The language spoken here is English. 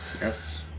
Yes